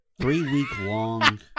three-week-long